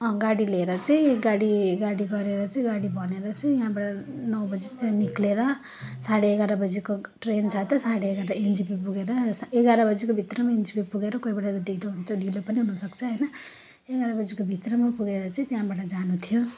अँ गाडी लिएर चाहिँ गाडी गाडी गरेर चाहिँ गाडी भनेर चाहिँ यहाँबाट नौ बजीतिर निस्केर साढे एघार बजीको ट्रेन छ त साढे एघार एनजेपी पुगेर एघार बजीको भित्र एनजेपी पुगेर कोही बेला त ढिलो हुन्छ ढिलो पनि हुनसक्छ होइन एघार बजीको भित्रमा पुगेर चाहिँ त्यहाँबाट जानु थियो